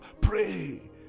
Pray